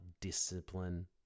discipline